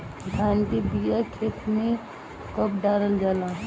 धान के बिया खेत में कब डालल जाला?